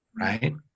right